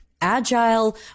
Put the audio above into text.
agile